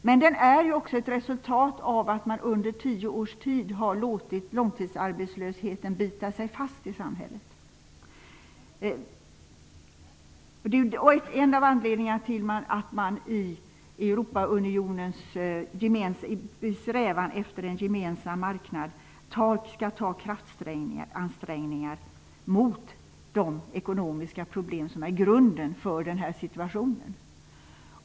Men problemen är också ett resultat av att man under tio års tid har låtit långtidsarbetslösheten bita sig fast i samhället. Det är en av anledningarna till att man i Europaunionens strävan efter en gemensam marknad skall ta krafttag mot de ekonomiska problem som är orsaken till denna situation.